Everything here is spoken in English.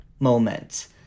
moment